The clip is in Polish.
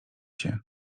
się